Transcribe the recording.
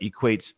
equates